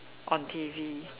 on T_V